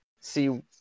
see